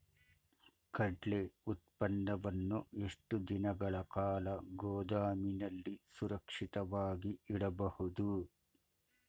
ಕಡ್ಲೆ ಉತ್ಪನ್ನವನ್ನು ಎಷ್ಟು ದಿನಗಳ ಕಾಲ ಗೋದಾಮಿನಲ್ಲಿ ಸುರಕ್ಷಿತವಾಗಿ ಇಡಬಹುದು?